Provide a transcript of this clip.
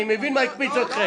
אני מבין מה הקפיץ אתכם.